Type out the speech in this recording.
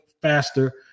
faster